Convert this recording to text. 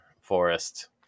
forest